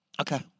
Okay